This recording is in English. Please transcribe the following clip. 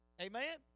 Amen